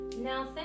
Now